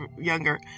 younger